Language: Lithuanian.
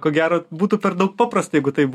ko gero būtų per daug paprasta jeigu taip